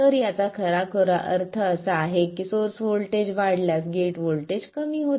तर याचा खराखुरा अर्थ असा आहे की सोर्स व्होल्टेज वाढल्यास गेट व्होल्टेज कमी होते